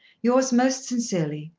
yours most sincerely,